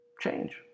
Change